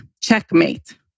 Checkmate